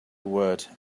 word